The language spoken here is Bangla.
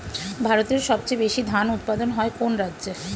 ভারতের সবচেয়ে বেশী ধান উৎপাদন হয় কোন রাজ্যে?